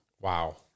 Wow